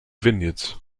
vineyards